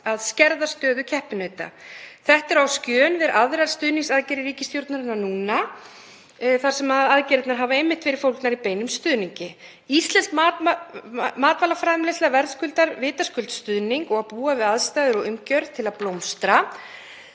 að skerða stöðu keppinauta. Þetta er á skjön við aðrar stuðningsaðgerðir ríkisstjórnarinnar núna þar sem aðgerðirnar hafa einmitt verið fólgnar í beinum stuðningi. Íslensk matvælaframleiðsla verðskuldar vitaskuld stuðning og að búa við aðstæður og umgjörð til að blómstra,